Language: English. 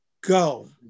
go